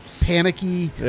panicky